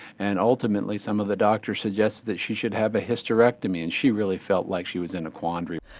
and ultimately some of the doctors suggested that she should have a hysterectomy. and she really felt like she was in a quandary.